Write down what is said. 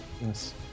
yes